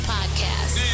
Podcast